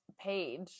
Page